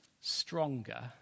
stronger